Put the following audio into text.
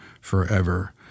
forever